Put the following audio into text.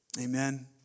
Amen